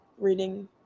reading